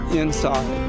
inside